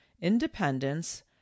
independence